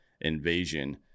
invasion